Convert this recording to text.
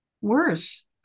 worse